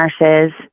nurses